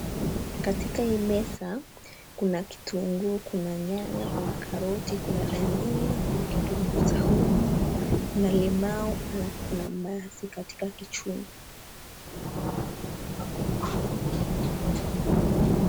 Katika hii meza kuna kitunguu, kuna nyanya ,kuna karoti kuna dania, kuna kitunguu saumu, kuna limau alafu kuna mbaazi katika kichungi.